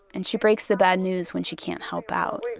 and she breaks the bad news when she can't help out